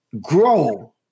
grow